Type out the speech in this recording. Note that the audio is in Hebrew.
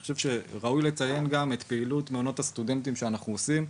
אני חושב שראוי לציין גם את פעילות מעונות הסטודנטים שאנחנו עושים.